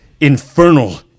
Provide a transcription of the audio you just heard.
infernal